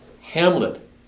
Hamlet